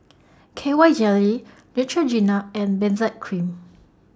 K Y Jelly Neutrogena and Benzac Cream